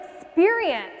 experience